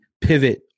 pivot